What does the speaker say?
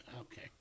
Okay